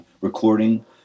recording